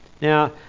Now